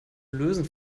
lösen